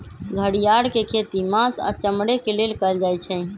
घरिआर के खेती मास आऽ चमड़े के लेल कएल जाइ छइ